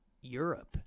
Europe